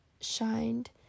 shined